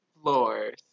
Floors